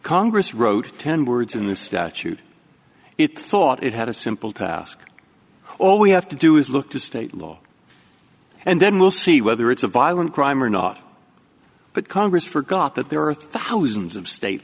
congress wrote ten words in the statute it thought it had a simple task all we have to do is look to state law and then we'll see whether it's a violent crime or not but congress forgot that there are thousands of state